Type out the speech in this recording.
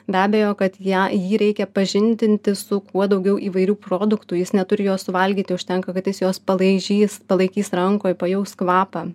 be abejo kad ją jį reikia pažindinti su kuo daugiau įvairių produktų jis neturi juos suvalgyti užtenka kad jis juos palaižys palaikys rankoj pajaus kvapą